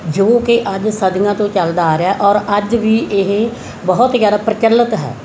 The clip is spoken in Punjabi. ਜੋ ਕਿ ਅੱਜ ਸਦੀਆਂ ਤੋਂ ਚੱਲਦਾ ਆ ਰਿਹਾ ਔਰ ਅੱਜ ਵੀ ਇਹ ਬਹੁਤ ਜ਼ਿਆਦਾ ਪ੍ਰਚਲਿਤ ਹੈ